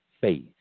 faith